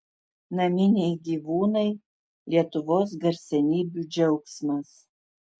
naminiai gyvūnai lietuvos garsenybių džiaugsmas